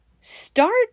Start